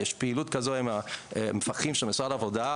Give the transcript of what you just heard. יש פעילות כזו עם המפקחים של משרד העבודה.